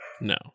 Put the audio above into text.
No